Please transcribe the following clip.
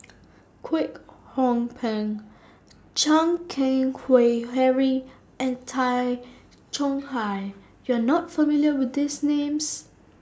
Kwek Hong Png Chan Keng Howe Harry and Tay Chong Hai YOU Are not familiar with These Names